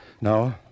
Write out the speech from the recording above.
No